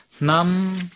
nam